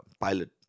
pilot